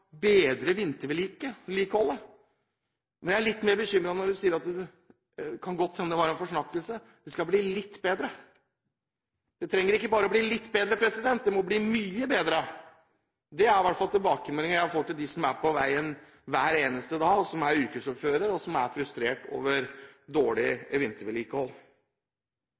bedre vintervedlikeholdet, men jeg er litt mer bekymret når hun sier – det kan godt hende det var en forsnakkelse – at det skal bli litt bedre. Det trenger ikke bare å bli litt bedre, det må bli mye bedre. Det er i hvert fall tilbakemeldinger jeg får fra dem som er på veien hver eneste dag, som er yrkessjåfører og som er frustrerte over dårlig vintervedlikehold.